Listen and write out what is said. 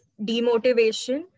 demotivation